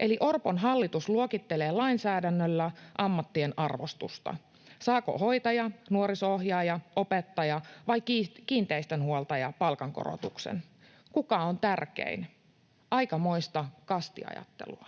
Eli Orpon hallitus luokittelee lainsäädännöllä ammattien arvostusta: saako hoitaja, nuoriso-ohjaaja, opettaja vai kiinteistönhuoltaja palkankorotuksen, kuka on tärkein? Aikamoista kastiajattelua.